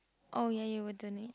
oh ya you wouldn't